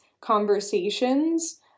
conversations